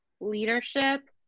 leadership